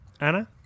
Anna